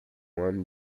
won